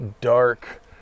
dark